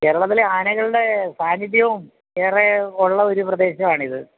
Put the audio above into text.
കേരളത്തിലെ ആനകളുടെ സാന്നിധ്യവും ഏറെ ഉള്ള ഒരു പ്രദേശമാണ് ഇത്